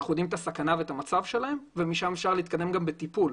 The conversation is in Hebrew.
יודעים את הסכנה ואת המצב שלהם ומשם אפשר להתקדם בטיפול.